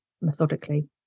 methodically